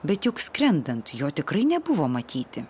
bet juk skrendant jo tikrai nebuvo matyti